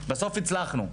בסוף הצלחנו.